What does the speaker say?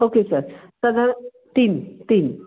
okay sir सगळं तीन तीन